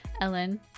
Ellen